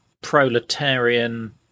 proletarian